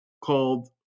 called